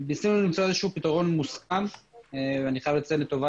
ניסינו למצוא איזשהו פתרון מוסכם ואני חייב לציין לטובה